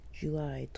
july